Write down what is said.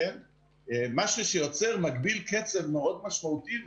משהו שמגביל קצב מאוד משמעותי,